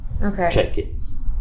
check-ins